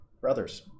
brothers